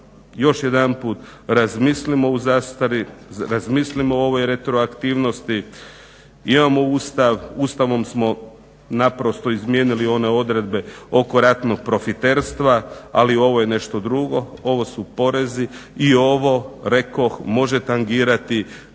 o zastari, razmislimo o ovoj retroaktivnosti. Imamo Ustav, Ustavom smo naprosto izmijenili one odredbe oko ratnog profiterstva ali ovo je nešto drugo, ovo su porezi i ovo rekoh može tangirati